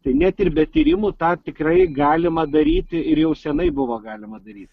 tai net ir be tyrimų tą tikrai galima daryti ir jau senai buvo galima daryt